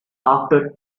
after